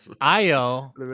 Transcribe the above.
IO